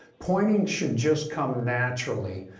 pointing should just come naturally.